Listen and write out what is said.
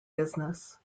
business